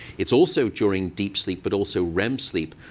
it's also during deep sleep, but also rem sleep,